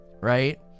right